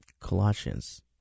Colossians